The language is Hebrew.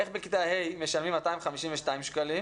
איך בכיתה ה' משלמים 252 שקלים